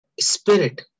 spirit